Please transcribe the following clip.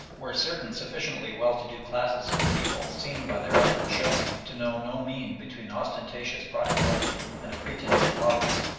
where certain sufficiently well-to-do classes of the people seem by their outward showing to know no mean between ostentatious prodigality and a pretence of poverty.